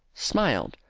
smiled,